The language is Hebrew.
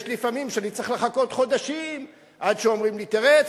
לפעמים אני צריך לחכות חודשים עד שאומרים לי: תראה,